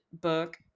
book